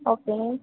okay